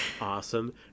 awesome